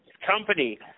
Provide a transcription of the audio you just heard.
company